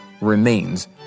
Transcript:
remains